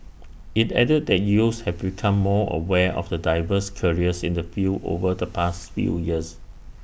IT added that youths have become more aware of the diverse careers in the field over the past few years